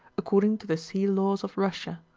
according to the sea-laws of russia.